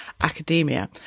academia